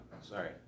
Sorry